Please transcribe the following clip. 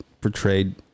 portrayed